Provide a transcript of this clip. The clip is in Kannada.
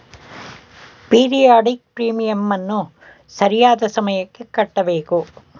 ಪೀರಿಯಾಡಿಕ್ ಪ್ರೀಮಿಯಂನ್ನು ಸರಿಯಾದ ಸಮಯಕ್ಕೆ ಕಟ್ಟಬೇಕು